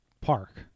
park